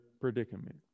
predicament